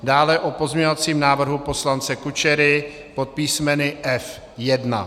Dále o pozměňovacím návrhu poslance Kučery pod písmeny F1.